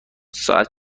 ساعت